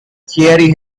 thierry